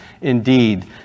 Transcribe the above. indeed